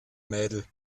mädel